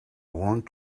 want